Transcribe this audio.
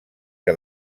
que